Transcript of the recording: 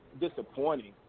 disappointing